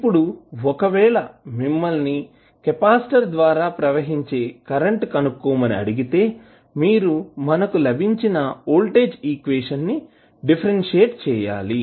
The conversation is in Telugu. ఇప్పుడు ఒకవేళ మిమ్మల్ని కెపాసిటర్ ద్వారా ప్రవహించే కరెంట్ను కనుక్కోమని అడిగితే మీరు మనకు లభించిన వోల్టేజ్ ఈక్వేషన్ ను డిఫరెన్షియాట్ చేయాలి